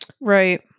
Right